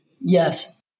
Yes